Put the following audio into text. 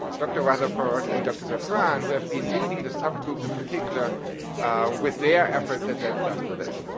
dr. rutherford, and dr. zofran who have been leading the subgroups in particular with their effort that they've done for this.